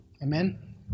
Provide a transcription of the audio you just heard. Amen